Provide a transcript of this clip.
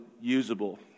usable